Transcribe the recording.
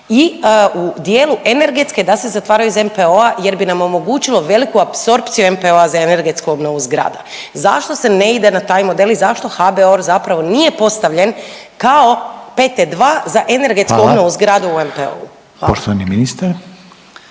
i u dijelu energetske da se zatvaraju iz NPO-a jer bi nam omogućilo veliku apsorpciju NPO-a za energetsku obnovu zgrada. Zašto se ne ide na taj model i zašto HBOR zapravo nije postavljen kao PT2 za energetsku …/Upadica Reiner: Hvala./… obnovu zgrada